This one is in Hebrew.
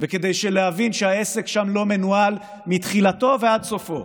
וכדי להבין שהעסק שם לא מנוהל מתחילתו ועד סופו.